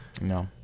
no